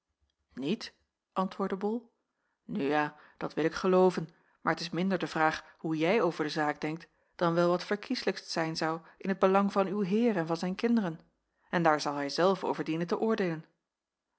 antwoordde bol nu ja dat wil ik gelooven maar t is minder de vraag hoe jij over de zaak denkt dan wel wat verkieslijkst zijn zou in t belang van uw heer en van zijn kinderen en daar zal hij zelf over dienen te oordeelen